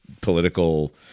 political